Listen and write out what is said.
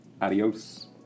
Adios